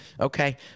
Okay